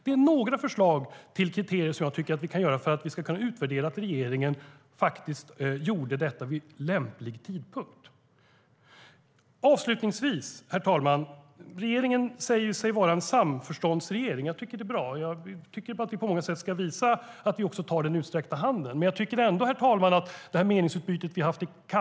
Det är några förslag på kriterier som vi kan använda för att kunna utvärdera att regeringen gjorde detta vid lämplig tidpunkt. Herr talman! Regeringen säger sig vara en samförståndsregering. Det är bra, och vi ska på många sätt visa att vi också tar den utsträckta handen.